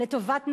לטובת נשים,